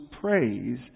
praise